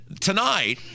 tonight-